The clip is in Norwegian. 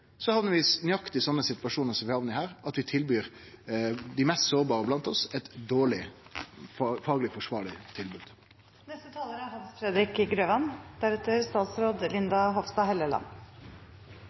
i nøyaktig sånne situasjonar som vi hamnar i her – at vi tilbyr dei mest sårbare iblant oss eit dårleg fagleg forsvarleg tilbod. Det er